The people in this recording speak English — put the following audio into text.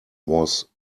was